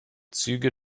züge